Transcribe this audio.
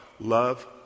Love